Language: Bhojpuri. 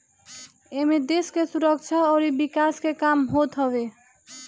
एमे देस के सुरक्षा अउरी विकास के काम होत हवे